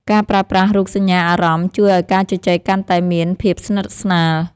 ការប្រើប្រាស់រូបសញ្ញាអារម្មណ៍ ជួយឱ្យការជជែកគ្នាកាន់តែមានភាពស្និទ្ធស្នាល។